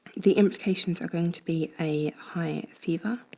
the implications are going to be a high fever,